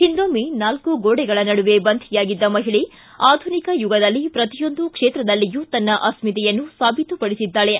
ಹಿಂದೊಮ್ಮ ನಾಲ್ಕು ಗೋಡೆಗಳ ನಡುವೆ ಬಂಧಿಯಾಗಿದ್ದ ಮಹಿಳೆ ಆಧುನಿಕ ಯುಗದಲ್ಲಿ ಪ್ರತಿಯೊಂದು ಕ್ಷೇತ್ರದಲ್ಲಿಯೂ ತನ್ನ ಅಸ್ಕಿತೆಯನ್ನು ಸಾಬೀತುಪಡಿಸಿದ್ದಾಳೆ